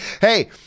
Hey